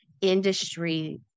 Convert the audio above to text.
industry